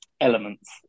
elements